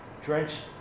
drenched